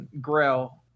grill